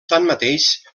tanmateix